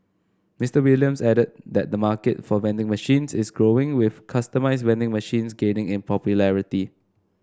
Mister Williams added that the market for vending machines is growing with customised vending machines gaining in popularity